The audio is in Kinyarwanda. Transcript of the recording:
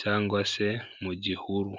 cyangwa se mu gihuru.